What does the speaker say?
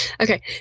Okay